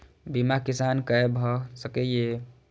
बीमा किसान कै भ सके ये?